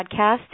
podcast